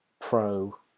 pro